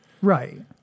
Right